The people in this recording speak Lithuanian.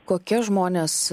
kokie žmonės